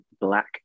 black